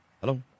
Hello